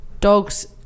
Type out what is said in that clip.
dogs